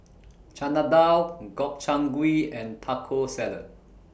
Chana Dal Gobchang Gui and Taco Salad